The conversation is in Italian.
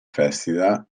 festival